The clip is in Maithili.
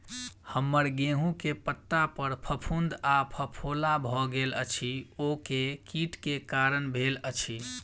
हम्मर गेंहूँ केँ पत्ता पर फफूंद आ फफोला भऽ गेल अछि, ओ केँ कीट केँ कारण भेल अछि?